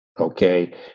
Okay